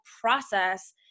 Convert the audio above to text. process